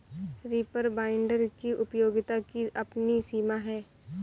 reaper binder की उपयोगिता की अपनी सीमा है